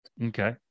Okay